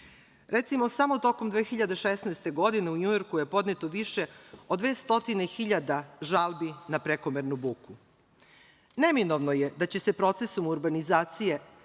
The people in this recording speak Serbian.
Recimo, samo tokom 2016. godine u Njujorku je podneto više od dve stotine hiljada žalbi na prekomernu buku. Neminovno je da će procesom urbanizacije